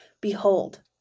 Behold